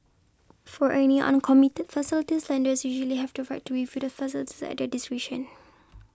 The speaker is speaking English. for any uncommitted facilities lenders usually have the right to review the facilities at their discretion